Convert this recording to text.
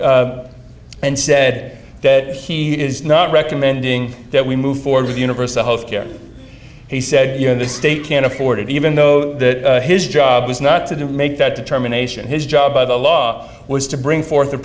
and said that he is not recommending that we move forward with universal health care he said you know the state can't afford it even though his job was not to make that determination his job by the law was to bring forth